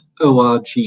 ORG